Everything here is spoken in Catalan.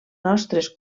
nostres